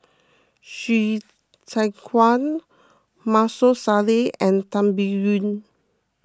Hsu Tse Kwang Maarof Salleh and Tan Biyun